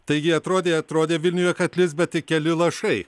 taigi atrodė atrodė vilniuje kad lis bet tik keli lašai